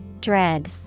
Dread